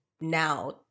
now